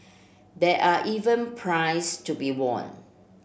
there are even prize to be won